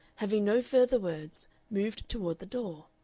having no further words, moved toward the door.